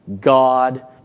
God